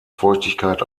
feuchtigkeit